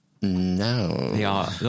No